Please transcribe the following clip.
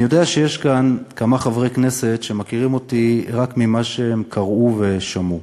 אני יודע שיש כאן כמה חברי כנסת שמכירים אותי רק ממה שהם קראו ושמעו.